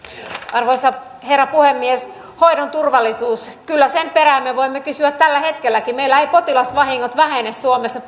arvoisa herra puhemies hoidon turvallisuus kyllä sen perään voimme kysyä tälläkin hetkellä meillä eivät potilasvahingot vähene suomessa